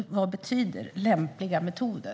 Vad betyder "lämpliga metoder"?